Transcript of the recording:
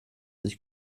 sich